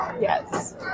Yes